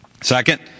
Second